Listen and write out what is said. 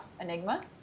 Enigma